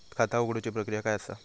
खाता उघडुची प्रक्रिया काय असा?